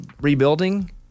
rebuilding